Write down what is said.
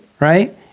Right